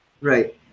right